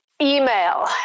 email